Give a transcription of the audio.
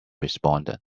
responded